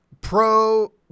pro